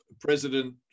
President